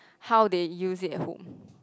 how they use it at home